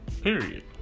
period